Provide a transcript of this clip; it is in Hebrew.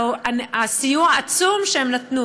הסיוע העצום שהם נתנו